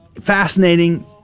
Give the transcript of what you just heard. fascinating